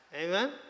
Amen